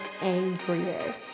angrier